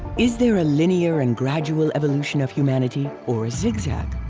is there a linear and gradual evolution of humanity or a zigzag?